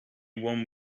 one